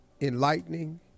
enlightening